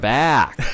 back